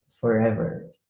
forever